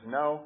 no